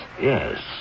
Yes